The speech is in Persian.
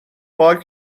پارک